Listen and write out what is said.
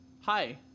Hi